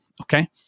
Okay